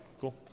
cool